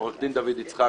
עורך דין דוד יצחק,